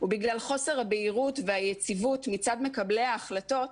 ובגלל חוסר הבהירות והיציבות מצד מקבלי ההחלטות,